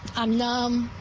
i'm numb.